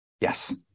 Yes